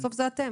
בסוף זה אתם.